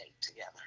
together